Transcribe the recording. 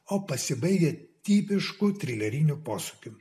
o pasibaigia tipišku trileriniu posūkiu